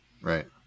Right